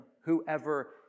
whoever